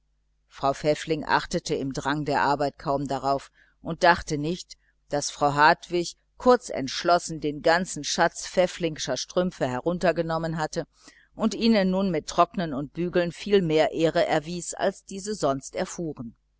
frau pfäffling achtete im drang der arbeit kaum darauf und dachte nicht daß frau hartwig kurz entschlossen den ganzen schatz pfäffling'scher strümpfe heruntergenommen hatte und ihnen nun mit trocknen und bügeln viel mehr ehre erwies als diese es sonst erfuhren